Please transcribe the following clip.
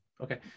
okay